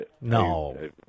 No